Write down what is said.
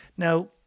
Now